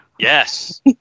Yes